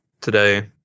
today